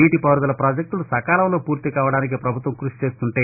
నీటిపారుదల పాజెక్టులు సకాలంలో పూర్తికావడానికి ప్రభుత్వం కృషిచేస్తుంటే